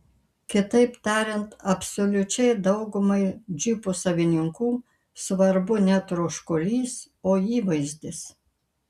kitaip tariant absoliučiai daugumai džipų savininkų svarbu ne troškulys o įvaizdis